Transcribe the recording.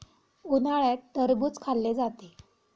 उन्हाळ्यात टरबूज खाल्ले जाते